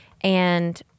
And-